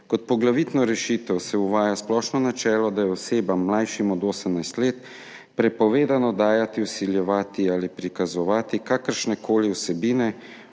Kot poglavitno rešitev se uvaja splošno načelo, da je osebam, mlajšim od 18 let, prepovedano dajati, vsiljevati ali prikazovati kakršnekoli vsebine,